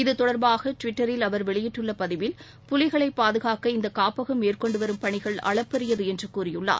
இத்தொடர்பாக டுவிட்டரில் அவர் வெளியிட்டுள்ள பதிவில் புலிகளை பாதுகாக்க இந்த காப்பகம் மேற்கொண்டு வரும் பணிகள் அளப்பரியது என்று கூறியுள்ளார்